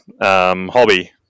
hobby